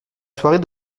soirée